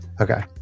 okay